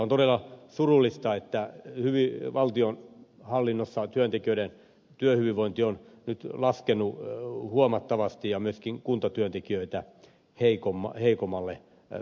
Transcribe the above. on todella surullista että valtionhallinnossa työntekijöiden työhyvinvointi on nyt laskenut huomattavasti ja myöskin kuntatekijöitä heikommalle tasolle